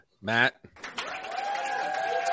Matt